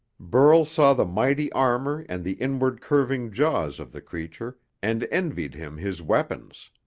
burl saw the mighty armour and the inward-curving jaws of the creature, and envied him his weapons.